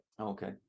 okay